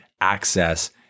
access